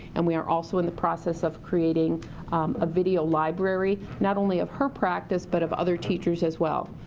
and we are also in the process of creating a video library. not only of her practice but of other teachers as well.